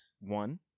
one